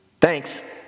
Thanks